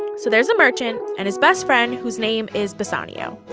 so there's a merchant and his best friend whose name is bassanio.